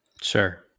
Sure